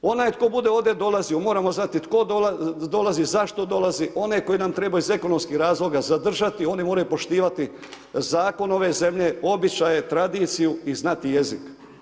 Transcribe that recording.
Onaj tko bude ovdje dolazio, moramo znati, tko dolazi, zašto dolazi, onaj tko nam treba iz ekonomskog razloga zadržati, oni moraju poštivati zakon ove zemlje, običaje, tradiciju i znati jezik.